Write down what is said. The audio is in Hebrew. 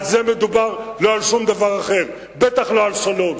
על זה מדובר, לא על שום דבר אחר, בטח לא על שלום.